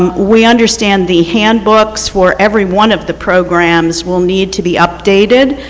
um we understand the handbooks for every one of the programs will need to be updated.